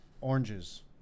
Oranges